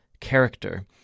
character